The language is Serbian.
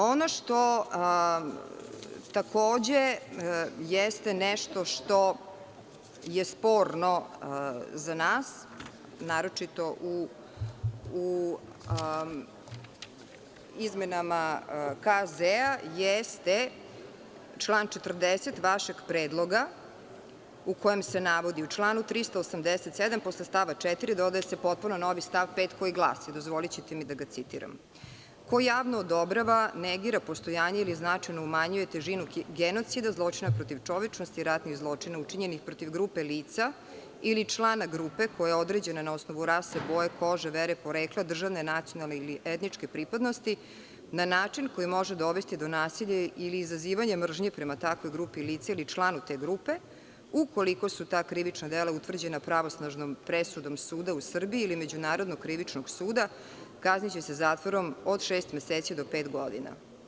Ono što takođe jeste nešto što je sporno za nas, naročito u izmenama Krivičnog zakonika jeste član 40. vašeg predloga u kojem se navodi u članu 387. posle stava 4. dodaje se potpuno novi stav 5. koji glasi, dozvolićete mi da ga citiram – Ko javno odobrava negira postojanje ili značajno umanjuje težinu genocida, zločina protiv čovečnosti i ratnih zločina učinjenih protiv drugih lica ili člana grupe koja je na osnovu rase, boje kože, vere, porekla, državne i nacionalne ili etničke pripadnosti na način na koji može dovesti do nasilja ili izazivanje mržnje prema takvoj grupi lica ili članu te grupe, ukoliko su ta krivična dela utvrđena pravosnažnom presudom suda u Srbiji ili Međunarodnog krivičnog suda, kazniće se zatvorom od šest meseci do pet godina.